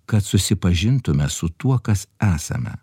kad susipažintume su tuo kas esame